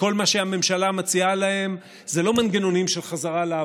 כל מה שהממשלה מציעה להם זה לא מנגנונים של חזרה לעבודה,